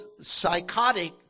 psychotic